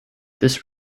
this